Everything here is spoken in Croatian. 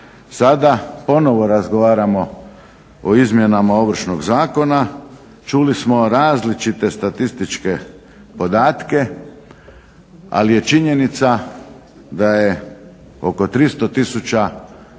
Sada ponovo razgovaramo o izmjenama Ovršnog zakona, čuli smo različite statističke podatke, ali je činjenica da je oko 300 000